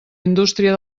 indústria